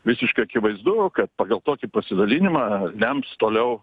visiškai akivaizdu kad pagal tokį pasidalinimą lems toliau